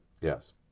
Yes